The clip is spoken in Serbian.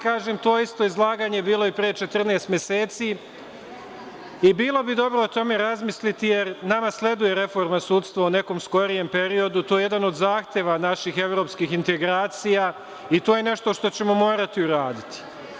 Kažem, to isto izlaganje je bilo pre 14 meseci i bilo bi dobro o tome razmisliti, jer nama sleduje reforma sudstva u nekom skorijem periodu i to je jedan od zahteva naših evropskih integracija i to je nešto što ćemo morati uraditi.